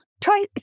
Try